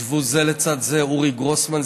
ישבו זה לצד זה אורי גרוסמן,